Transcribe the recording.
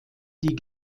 die